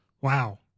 Wow